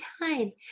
time